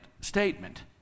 statement